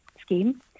scheme